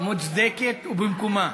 מוצדקת ובמקומה.